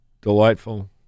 delightful